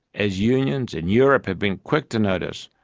as unions in europe have been quick to notice,